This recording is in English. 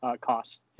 cost